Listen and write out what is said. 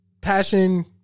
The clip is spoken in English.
Passion